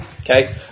okay